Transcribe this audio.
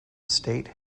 state